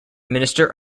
minister